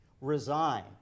resign